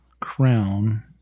crown